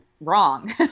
wrong